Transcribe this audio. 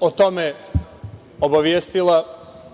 o tome obavestila